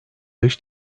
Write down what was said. dış